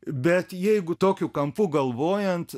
bet jeigu tokiu kampu galvojant